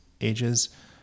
ages